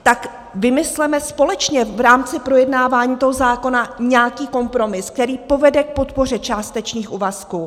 Tak vymysleme společně v rámci projednávání toho zákona nějaký kompromis, který povede k podpoře částečných úvazků.